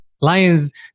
Lions